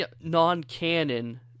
non-canon